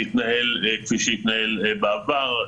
הוא מתנהל כפי שהתנהל בעבר,